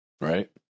right